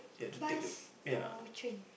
bus or train